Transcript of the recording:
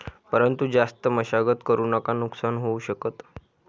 परंतु जास्त मशागत करु नका नुकसान होऊ शकत